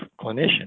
clinician